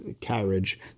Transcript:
carriage